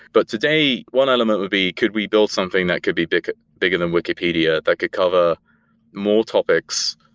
but today, one element would be could we build something that could be bigger bigger than wikipedia that could cover more topics.